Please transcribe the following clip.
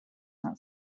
not